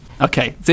Okay